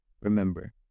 remember